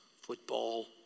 football